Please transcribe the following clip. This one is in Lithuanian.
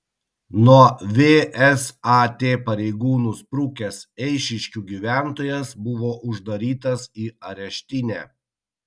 nuo vsat pareigūnų sprukęs eišiškių gyventojas buvo uždarytas į areštinę